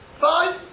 Five